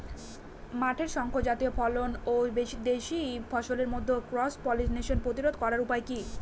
মাঠের শংকর জাতীয় ফসল ও দেশি ফসলের মধ্যে ক্রস পলিনেশন প্রতিরোধ করার উপায় কি?